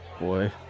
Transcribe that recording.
boy